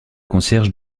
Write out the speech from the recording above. concierge